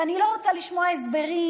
ואני לא רוצה לשמוע הסברים,